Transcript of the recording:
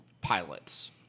pilots